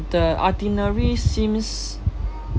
the itinerary seems